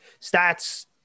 stats